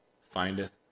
findeth